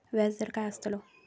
व्याज दर काय आस्तलो?